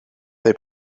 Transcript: they